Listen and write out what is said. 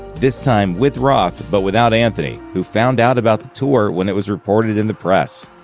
this time with roth, but without anthony, who found out about the tour when it was reported in the press.